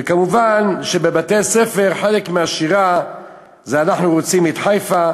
ומובן שבבתי-הספר חלק מהשירה זה "אנחנו רוצים את חיפה,